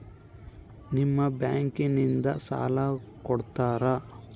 ನಿಮ್ಮ ಬ್ಯಾಂಕಿನಿಂದ ಸಾಲ ಕೊಡ್ತೇರಾ?